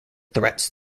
threats